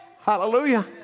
Hallelujah